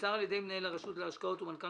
נמסר על ידי מנהל הרשות להשקעות ומנכ"ל